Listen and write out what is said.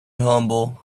humble